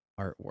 artwork